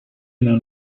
known